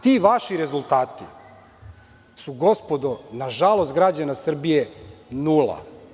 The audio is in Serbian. Ti vaši rezultati su, nažalost građana Srbije, nula.